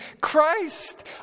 Christ